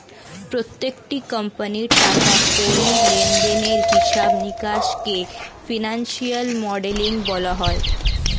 প্রত্যেকটি কোম্পানির টাকা কড়ি লেনদেনের হিসাব নিকাশকে ফিনান্সিয়াল মডেলিং বলা হয়